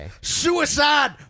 Suicide